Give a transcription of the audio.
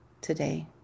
today